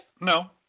No